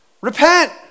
Repent